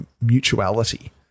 mutuality